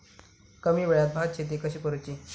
कमी वेळात भात शेती कशी करुची?